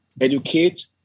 Educate